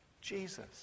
Jesus